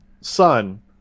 son